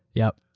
yup.